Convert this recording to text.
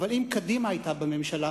אבל אם קדימה היתה בממשלה